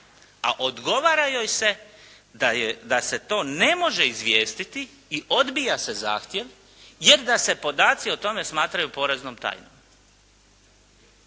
a odgovara joj se da se to ne može izvijestiti i odbija se zahtjev jer da se podaci o tome smatraju poreznom tajnom.